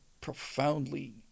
profoundly